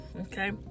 Okay